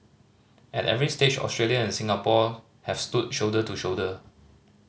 at every stage Australia and Singapore have stood shoulder to shoulder